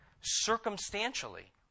circumstantially